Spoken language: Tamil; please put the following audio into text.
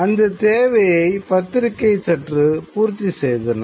அந்தத் தேவையை பத்திரிகை சற்று பூர்த்தி செய்தன